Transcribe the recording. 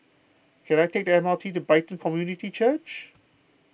can I take the M R T to Brighton Community Church